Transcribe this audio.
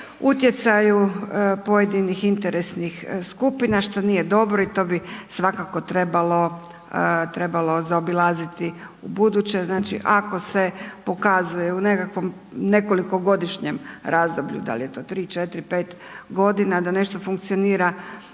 utjecaju pojedinih interesnih skupina, što nije dobro i to bi svakako trebalo, trebalo zaobilaziti ubuduće. Znači, ako se pokazuje u nekakvom, nekoliko godišnjem razdoblju, da li je to 3, 4, 5 godina da nešto funkcionira